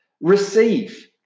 receive